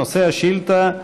נושא השאילתה: